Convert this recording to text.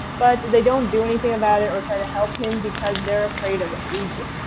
but they don't do anything about it or try to help him because they're afraid of aging.